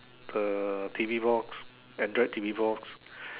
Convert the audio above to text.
the T_V box Android T_V box